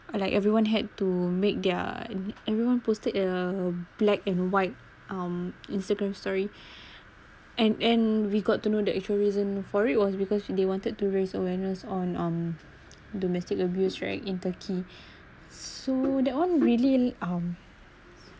like everyone had to make their everyone posted a black and white um instagram story and and we got to know the actual reason for it was because they wanted to raise awareness on um domestic abuse right in turkey so that one really um